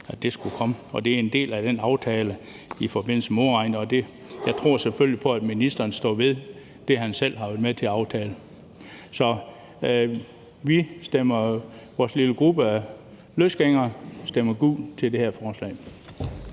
at det skulle komme, og det er en del af den aftale i forbindelse med modregningen, og jeg tror selvfølgelig på, at ministeren står ved det, som han selv har været med til at aftale. Så vores lille gruppe af løsgængere stemmer gult til det her forslag.